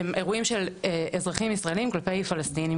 אירועים של אזרחים ישראלים כלפי פלשתינים.